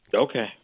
Okay